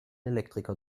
elektriker